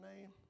name